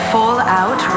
Fallout